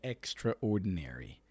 Extraordinary